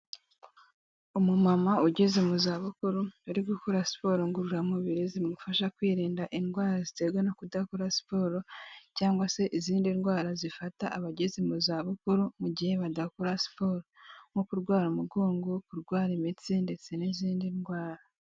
Umumama ugeze mu zabukuru, uri gukora siporo ngororamubiri zimufasha kwirinda indwara ziterwa no kudakora siporo cyangwa se izindi ndwara zifata abageze mu zabukuru, mu gihe badakora siporo, nko kurwara umugongo, kurwara imitsi ndetse n'izindi ndwara.